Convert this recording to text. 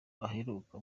aheruka